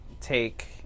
take